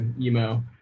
emo